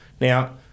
now